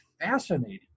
fascinating